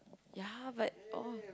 ya but uh